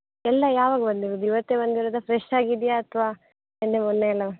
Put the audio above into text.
ಎಲ್ಲ ಯಾವಾಗ ಬಂದಿರೋದು ಇವತ್ತೇ ಬಂದಿರೋದ ಫ್ರೆಷ್ಷಾಗಿದೆಯಾ ಅಥವಾ ನಿನ್ನೆ ಮೊನ್ನೆ ಎಲ್ಲ